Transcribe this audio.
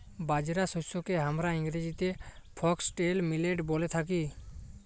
বাজরা শস্যকে হামরা ইংরেজিতে ফক্সটেল মিলেট ব্যলে থাকি